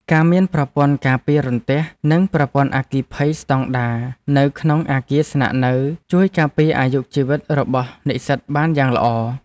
ការមានប្រព័ន្ធការពាររន្ទះនិងប្រព័ន្ធអគ្គិភ័យស្តង់ដារនៅក្នុងអគារស្នាក់នៅ ជួយការពារអាយុជីវិតរបស់និស្សិតបានយ៉ាងល្អ។